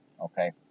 Okay